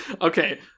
Okay